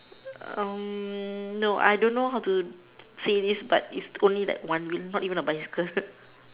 no I don't know how to say this but it's only that one wheel not even a bicycle